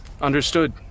understood